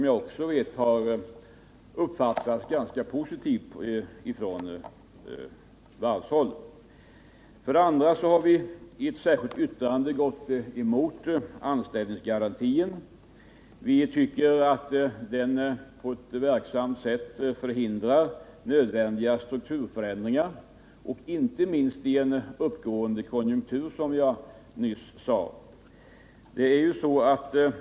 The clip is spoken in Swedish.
Jag vet att det har uppfattats ganska positivt på varvshåll. Vidare har vi i ett särskilt yttrande gått emot anställningsgarantin. Vi tycker att den förhindrar nödvändiga strukturförändringar, och det inte minst i en uppåtgående konjunktur som jag nyss sade.